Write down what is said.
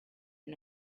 and